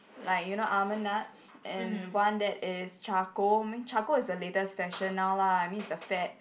like you know almond nuts and one that is charcoal charcoal is the latest fashion now lah I mean is the fad